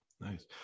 nice